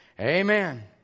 Amen